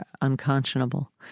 unconscionable